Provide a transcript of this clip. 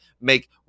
make